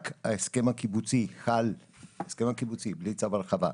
רק ההסכם הקיבוצי, בלי צו הרחבה,